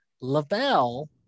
Lavelle